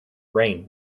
rain